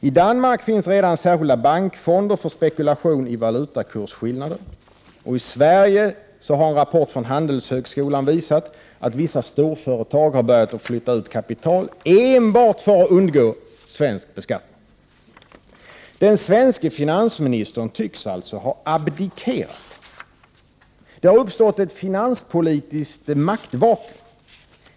I Danmark finns redan särskilda bankfonder för spekulation i valutakursskillnader. I Sverige har en rapport från Handelshögskolan visat att vissa storföretag har börjat flytta ut kapital enbart för att undgå svensk beskattning. Den svenske finansministern tycks alltså ha abdikerat. Det har uppstått ett finanspolitiskt maktvakuum.